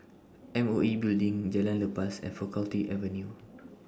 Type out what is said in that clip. M O E Building Jalan Lepas and Faculty Avenue